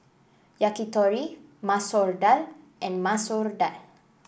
Yakitori Masoor Dal and Masoor Dal